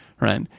Right